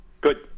good